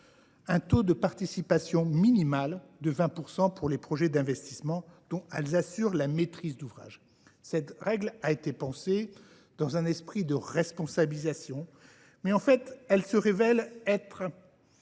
un taux de participation minimale de 20 % pour les projets d’investissement dont elles assurent la maîtrise d’ouvrage. Cette règle a été pensée dans un esprit de responsabilisation, mais elle se révèle un